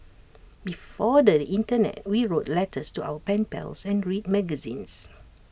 before the Internet we wrote letters to our pen pals and read magazines